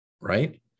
right